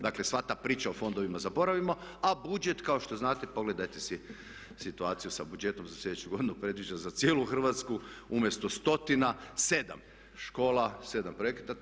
Dakle, sva ta priča o fondovima zaboravimo a budžet kao što znate pogledajte si situaciju sa budžetom za sljedeću godinu predviđa za cijelu Hrvatsku umjesto stotina sedam škola, sedam projekta.